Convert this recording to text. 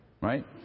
right